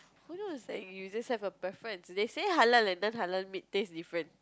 who knows you just have a preference they say halal and non halal meat taste different